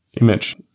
image